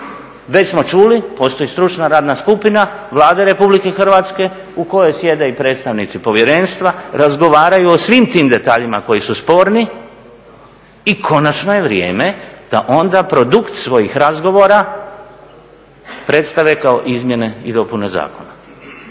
Već smo čuli postoji stručna radna skupina Vlade Republike Hrvatske u kojoj sjede i predstavnici povjerenstva, razgovaraju o svim tim detaljima koji su sporni i konačno je vrijeme da onda produkt svojih razgovara predstave kao izmjene i dopune zakona.